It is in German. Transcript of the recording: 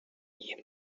ihm